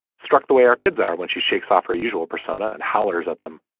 struck the way our kids are when she shakes off her usual persona and hollers at them.